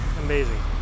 Amazing